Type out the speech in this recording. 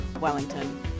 Wellington